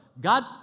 God